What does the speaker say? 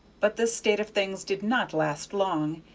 but this state of things did not last long,